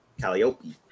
Calliope